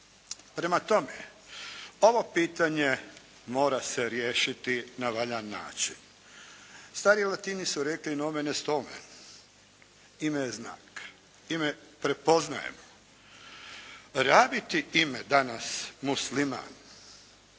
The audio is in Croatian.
Prema tome ovo pitanje mora se riješiti na valjan način. Stari Latini su rekli: «Nomen est omen.», ime je znak, ime prepoznajemo. Rabiti ime danas musliman